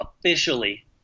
officially